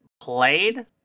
played